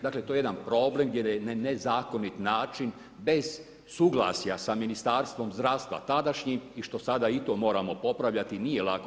Dakle, to je jedan problem, gdje na nezakonit način, bez suglasja sa Ministarstvom zdravstva, tadašnjim i što sada i to moramo popravljati, nije lako.